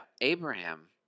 Abraham